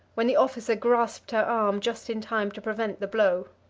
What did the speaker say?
when the officer grasped her arm just in time to prevent the blow.